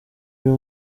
byo